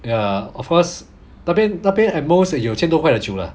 ya of course 那边那边 at most 有千多块的酒了 lah